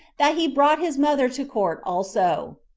that he brought his mother to court also.